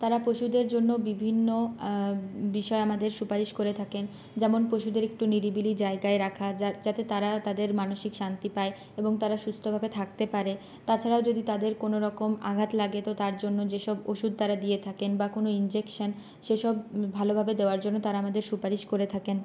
তারা পশুদের জন্য বিভিন্ন বিভিন্ন বিষয় আমাদের সুপারিশ করে থাকেন যেমন পশুদের একটু নিরিবিলি জায়গায় রাখা যাতে তারা তাদের মানসিক শান্তি পায় এবং তারা সুস্থ ভাবে থাকতে পারে তা ছাড়াও যদি তাদের কোনো রকম আঘাত লাগে তো তার জন্য যে সব ওষুধ তারা দিয়ে থাকেন বা কোনো ইঞ্জেকশন সে সব ভালো ভাবে দেওয়ার জন্য তারা আমাদের সুপারিশ করে থাকেন